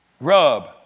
Rub